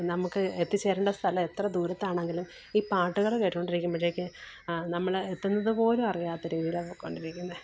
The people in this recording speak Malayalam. നമുക്ക് എത്തിച്ചേരണ്ട സ്ഥലം എത്ര ദൂരത്താണെങ്കിലും ഈ പാട്ടുകൾ കേട്ട് കൊണ്ടിരിക്കുമ്പോഴേക്ക് നമ്മൾ എത്തുന്നത് പോലും അറിയാത്ത രീതിയിലാണ് പോയിക്കൊണ്ടിരിക്കുന്നത്